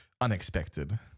unexpected